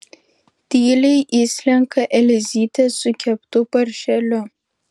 tyliai įslenka elzytė su keptu paršeliu